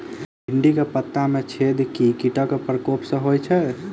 भिन्डी केँ पत्ता मे छेद केँ कीटक प्रकोप सऽ होइ छै?